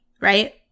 right